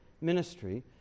ministry